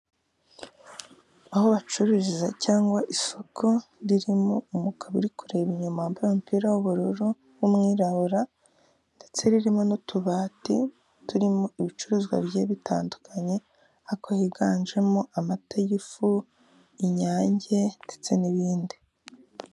Aho bacururiza cyangwa isoko ririmo umugabo uri kureba inyuma wambaye umupira w'ubururu w'umwirabura ndetse ririmo n'utubati turimo ibicuruzwa bigiye bitandukanye, ariko higanjemo amata y'ifu, inyange ndetse n'ibindi.